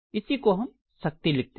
इसी को हम शक्ति लिखते हैं